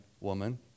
woman